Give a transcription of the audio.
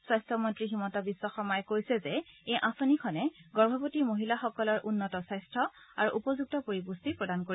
স্বাস্থ্যমন্তী হিমন্তবিধ্ব শৰ্মাই কৈছে যে এই আঁচনিখনে গৰ্ভৱতী মহিলাসকলৰ উন্নত স্বাস্থ্য আৰু উপযুক্ত পৰিপুট্টি প্ৰদান কৰিব